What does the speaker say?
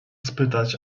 spytać